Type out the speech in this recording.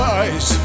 eyes